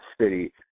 city